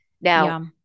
Now